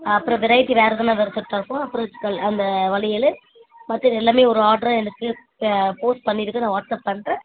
அப்புறம் வெரைட்டி வேறு எதுனால் ஒரு செட்டாகும் அப்புறம் ஜுவல் அந்த வளையல் மற்றது எல்லாமே ஒரு ஆர்டராக எனக்கு போஸ்ட் பண்ணிவிடுங்க நான் வாட்ஸ்அப் பண்ணுறேன்